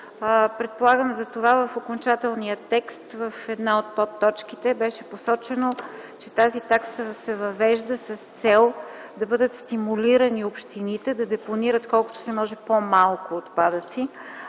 Предполагам затова в окончателния текст в една от подточките беше посочено, че тази такса се въвежда с цел да бъдат стимулирани общините да депонират колкото се може по-малко отпадъци,